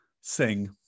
sing